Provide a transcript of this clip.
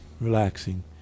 relaxing